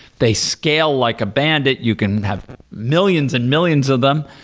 they scale like a bandit, you can have millions and millions of them.